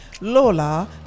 lola